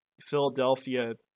Philadelphia